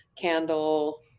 candle